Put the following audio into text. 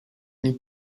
need